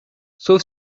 sauf